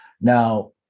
Now